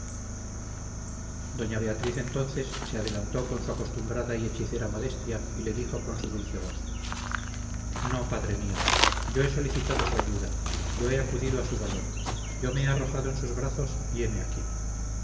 doña beatriz entonces se adelantó con su acostumbrada y hechicera modestia y le dijo con su dulce voz no padre mío yo he solicitado su ayuda yo he acudido a su valor yo me he arrojado en sus brazos y heme aquí